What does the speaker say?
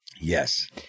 Yes